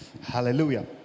Hallelujah